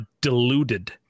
deluded